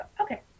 Okay